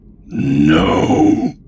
No